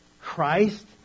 Christ